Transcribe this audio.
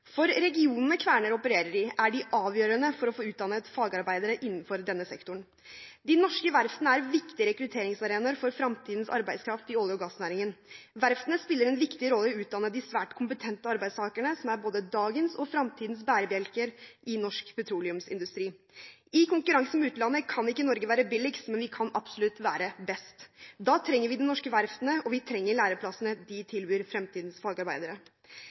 For regionene som Kværner opererer i, er de avgjørende for å få utdannet fagarbeidere innenfor denne sektoren. De norske verftene er viktige rekrutteringsarenaer for fremtidens arbeidskraft i olje- og gassnæringen. Verftene spiller en viktig rolle i å utdanne de svært kompetente arbeidstakerne, som er både dagens og fremtidens bærebjelker i norsk petroleumsindustri. I konkurranse med utlandet kan ikke Norge være billigst, men vi kan absolutt være best. Da trenger vi de norske verftene, og vi trenger lærlingeplassene de tilbyr fremtidens fagarbeidere.